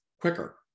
quicker